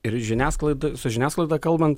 ir žiniasklaido su žiniasklaida kalbant